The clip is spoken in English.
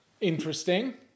Interesting